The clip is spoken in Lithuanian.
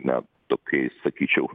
ne tokiais sakyčiau